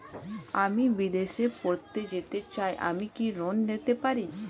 আমি বিদেশে পড়তে যেতে চাই আমি কি ঋণ পেতে পারি?